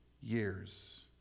years